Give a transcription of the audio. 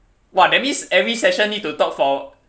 !wah! that means every session need to talk for